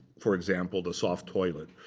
for example, the soft toilet,